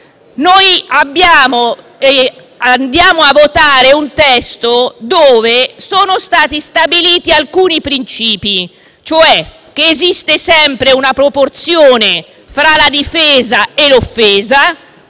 noi stiamo per votare un testo dove sono stati stabiliti alcuni princìpi, vale a dire che esiste sempre una proporzione tra la difesa e l'offesa